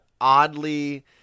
oddly